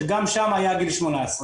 שגם שם היה גיל 18,